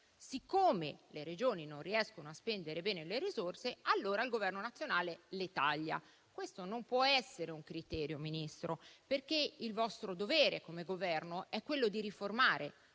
siccome le Regioni non riescono a spendere bene le risorse, allora il Governo nazionale le taglia. Questo non può essere un criterio, signor Ministro, perché il vostro dovere come Governo è quello di riformare: